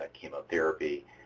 chemotherapy